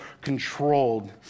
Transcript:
controlled